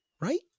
Right